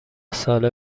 ساله